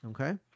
Okay